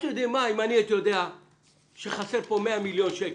אם אני הייתי יודע שחסרים כאן 100 מיליון שקלים,